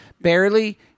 Barely